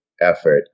effort